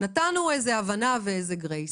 נתנו איזו הבנה ואיזו גרייס.